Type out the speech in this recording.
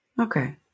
okay